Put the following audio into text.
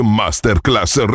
masterclass